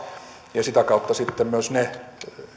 ja sitä kautta sitten myös ne